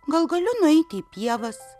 gal galiu nueiti į pievas